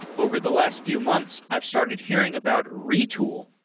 ah over the last few months, i've started hearing about retool.